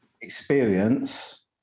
experience